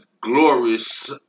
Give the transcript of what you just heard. glorious